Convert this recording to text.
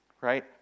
right